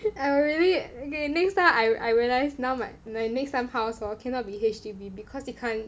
I already okay next time I I realise now my my next time house orh cannot be H_D_B because you can't